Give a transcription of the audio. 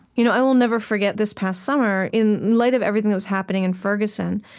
you know i will never forget this past summer in light of everything that was happening in ferguson,